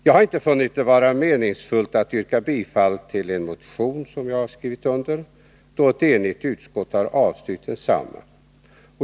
Jag har nämligen inte funnit det vara meningsfullt att yrka bifall till en motion som jag har skrivit under då ett enigt utskott har avstyrkt densamma.